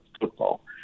football